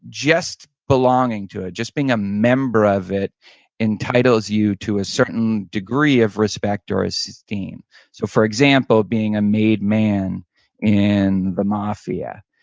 just belonging to it, just being a member of it entitles you to a certain degree of respect or esteem so for example being a made man in the mafia.